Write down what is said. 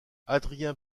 adrien